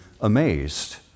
amazed